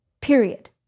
period